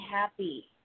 happy